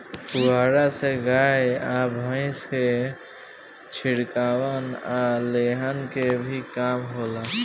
पुआरा से गाय आ भईस के बिछवाना आ लेहन के भी काम होला